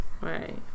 Right